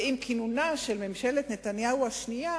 ועם כינונה של ממשלת נתניהו השנייה